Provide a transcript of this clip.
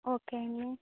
okay అండి